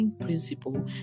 principle